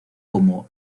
como